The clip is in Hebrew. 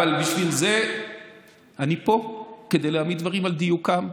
אבל בשביל זה אני פה, כדי להעמיד דברים על דיוקם.